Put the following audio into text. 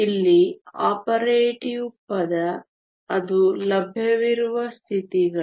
ಇಲ್ಲಿ ಆಪರೇಟಿವ್ ಪದ ಅದು ಲಭ್ಯವಿರುವ ಸ್ಥಿತಿಗಳು